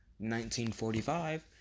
1945